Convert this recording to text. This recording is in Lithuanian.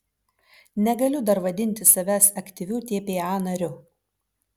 negaliu dar vadinti savęs aktyviu tpa nariu